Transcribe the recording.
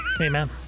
Amen